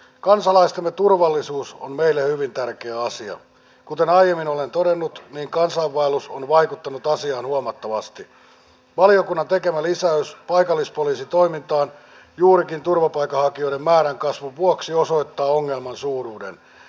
kansalaisten turvallisuus on meille hyvin tärkeä tämä että hallitus huolehtii nyt kuntataloudesta on vaikuttanut asiaan huomattavasti valiokunnan tekemä lisäys paikallispoliisitoimintaan juurikin turvapaikanhakijoiden kyllä erittäin arvokas asia tässä tilanteessa